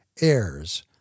heirs